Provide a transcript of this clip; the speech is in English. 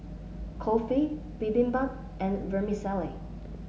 Kulfi Bibimbap and Vermicelli